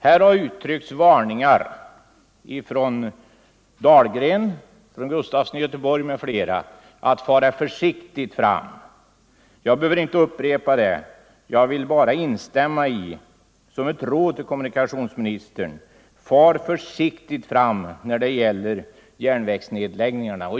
Här har uttalats maningar av herr Dahlgren, herr Sven Gustafson i Göteborg m.fl. att fara försiktigt fram. Jag behöver inte upprepa dem, jag vill bara instämma i dem, som ett råd till kommunikationsministern: Far försiktigt fram när det gäller järnvägsnedläggningarna!